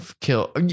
kill